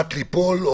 מט לנפול,